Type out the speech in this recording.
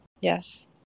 Yes